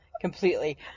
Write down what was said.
Completely